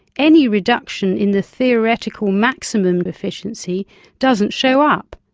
any reduction in the theoretical maximum efficiency doesn't show up.